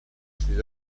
ses